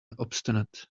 obstinate